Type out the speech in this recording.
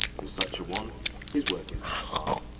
to such a one his work is not hard.